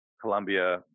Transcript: Colombia